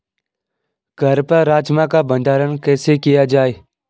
घर पर राजमा का भण्डारण कैसे किया जाय?